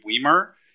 Weimer